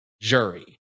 jury